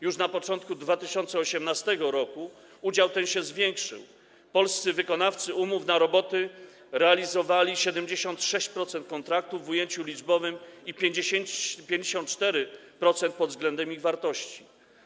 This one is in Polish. Już na początku 2018 r. udział ten się zwiększył - polscy wykonawcy umów na roboty realizowali 76% kontraktów w ujęciu liczbowym i 54% pod względem ich wartości.